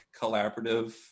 collaborative